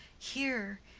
here,